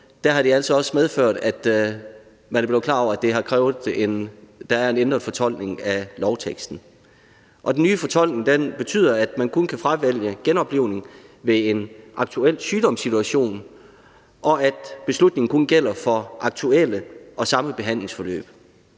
har det altså også medført, at man er blevet klar over, at det har krævet, at der er en ændret fortolkning af lovteksten. Og den nye fortolkning betyder, at man kun kan fravælge genoplivning ved en aktuel sygdomssituation, og at beslutningen kun gælder for aktuelle og samlede behandlingsforløb.